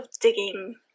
digging